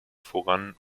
voran